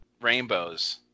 rainbows